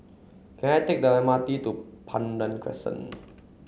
can I take the M R T to Pandan Crescent